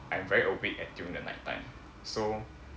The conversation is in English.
I'm very awake at during the night time so